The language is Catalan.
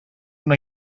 una